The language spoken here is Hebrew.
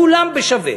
כולם בשווה.